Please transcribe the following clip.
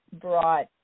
brought